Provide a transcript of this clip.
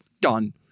Done